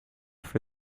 for